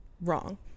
wrong